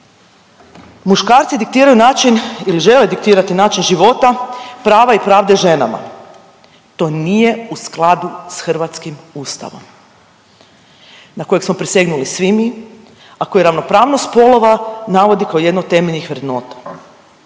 muškarci diktiraju način ili žele diktirati način života, prava i pravde ženama. To nije u skladu s hrvatskim Ustavom na kojeg smo prisegnuli svi mi, a koji ravnopravnost spolova navodi kao jedno od temeljnih vrednota.